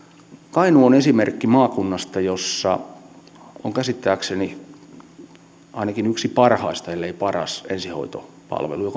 kainuu on esimerkki maakunnasta jossa on käsittääkseni ainakin yksi parhaista ellei paras ensihoitopalvelu